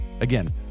Again